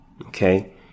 Okay